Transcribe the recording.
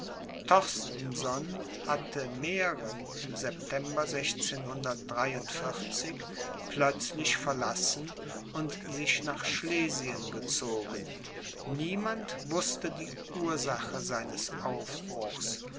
war torstenson hatte mähren im september plötzlich verlassen und sich nach schlesien gezogen niemand wußte die ursache seines aufbruchs